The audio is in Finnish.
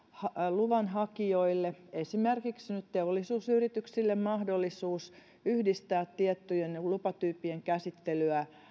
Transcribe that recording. luvanhakijoille esimerkiksi nyt teollisuusyrityksille mahdollisuus yhdistää tiettyjen lupatyyppien käsittelyä